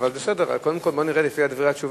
אבל נראה לפי דברי התשובה.